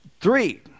Three